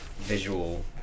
visual